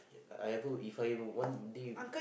I ever If I have one day